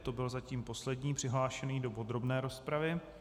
To byl zatím poslední přihlášený do podrobné rozpravy.